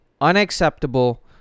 unacceptable